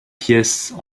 pièces